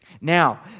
Now